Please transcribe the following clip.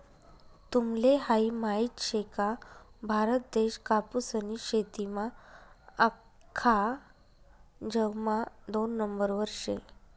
तुम्हले हायी माहित शे का, भारत देश कापूसनी शेतीमा आख्खा जगमा दोन नंबरवर शे